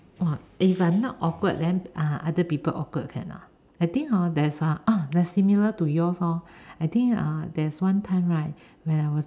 if I'm not awkward then uh other people awkward can or not I think hor there's ah oh that's similar to yours hor I think uh there's one time right when I was